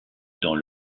dans